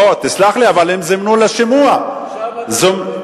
אני לא מדבר על הרשויות הדרוזיות.